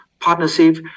partnership